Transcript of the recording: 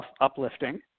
uplifting